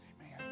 Amen